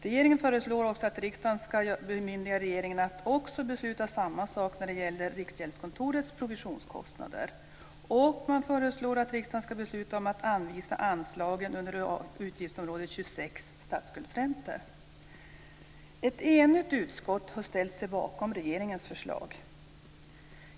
Regeringen föreslår att riksdagen ska bemyndiga regeringen att också besluta samma sak när det gäller Man föreslår också att riksdagen ska besluta om att anvisa anslagen under utgiftsområde 26 Ett enigt utskott har ställt sig bakom regeringens förslag.